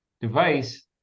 device